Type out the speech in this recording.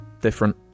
Different